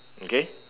okay